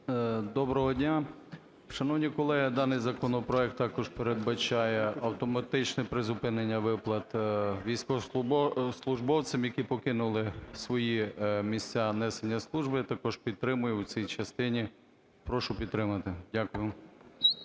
Доброго дня! Шановні колеги, даний законопроект також передбачає автоматичне призупинення виплат військовослужбовцям, які покинули свої місця несення служби, також підтримую у цій частині, прошу підтримати. Дякую.